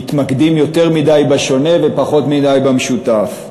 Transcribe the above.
מתמקדים יותר מדי בשונה ופחות מדי במשותף.